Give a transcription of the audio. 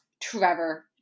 Trevor